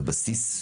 בבסיס,